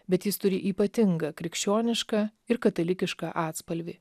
bet jis turi ypatingą krikščionišką ir katalikišką atspalvį